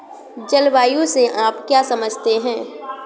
जलवायु से आप क्या समझते हैं?